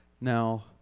now